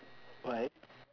why